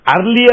Earlier